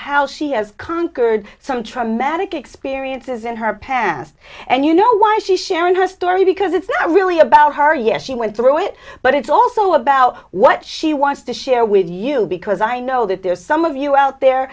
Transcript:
how she has conquered some traumatic experiences in her past and you know why she sharing her story because it's really about her yes she went through it but it's also about what she wants to share with you because i know that there's some of you out there